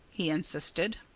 he insisted.